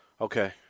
Okay